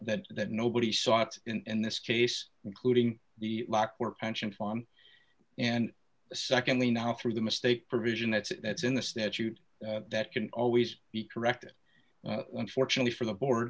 that that nobody sought in this case including the lockport pension fund and secondly now through the mistake provision that's it that's in the statute that can always be corrected unfortunately for the board